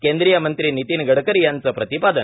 केंद्रीय मंत्री नितीन गडकरी यांचं प्रतिपादन